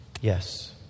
Yes